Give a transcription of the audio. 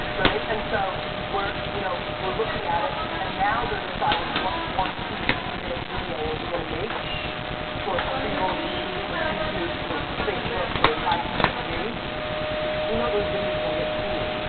right. and so we're you know we're looking at it, and now they're deciding what one, two, three-minute video are we gonna make for pre-roll youtube, for youtube, for facebook, for ig tv because we know those videos are gonna get seen.